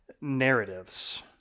narratives